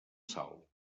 salt